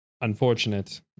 unfortunate